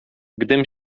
gdym